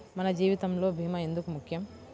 మన జీవితములో భీమా ఎందుకు ముఖ్యం?